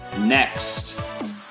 next